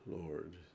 Lord